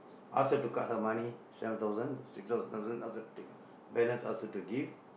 ask her to cut her money seven thousand six uh thousand uh take balance ask her to give